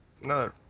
no